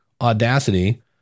Audacity